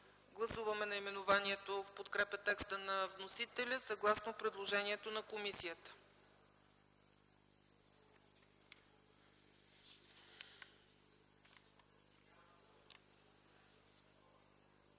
Гласуваме наименованието в подкрепа текста на вносителя, съгласно предложението на комисията.